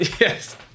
yes